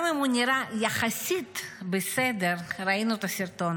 גם אם הוא נראה יחסית בסדר, ראינו את הסרטון,